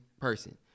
person